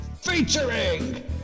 featuring